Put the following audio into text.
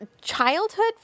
childhood